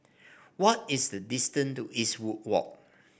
what is the distance to Eastwood Walk